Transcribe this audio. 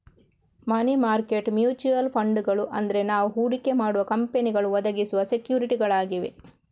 ಮನಿ market mutual ಫಂಡುಗಳು ಅಂದ್ರೆ ನಾವು ಹೂಡಿಕೆ ಮಾಡುವ ಕಂಪನಿಗಳು ಒದಗಿಸುವ ಸೆಕ್ಯೂರಿಟಿಗಳಾಗಿವೆ